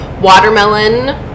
watermelon